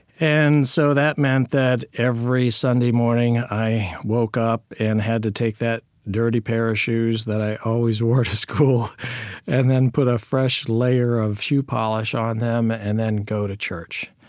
and so that meant that every sunday morning i woke up and had to take that dirty pair of shoes that i always wore to school and then put a fresh layer of shoe polish on them and then go to church.